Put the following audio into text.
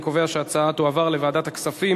לוועדת הכספים